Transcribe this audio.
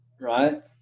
right